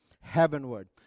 heavenward